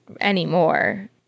anymore